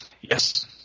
Yes